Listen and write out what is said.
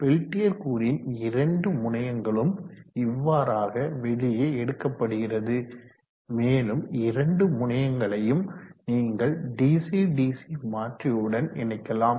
Peltier கூறின் இரண்டு முனையங்களும் இவ்வாறாக வெளியே எடுக்கப்படுகிறது மேலும் இரண்டு முனையங்களையும் நீங்கள் டிசி டிசி மாற்றியுடன் இணைக்கலாம்